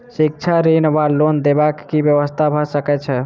शिक्षा ऋण वा लोन देबाक की व्यवस्था भऽ सकै छै?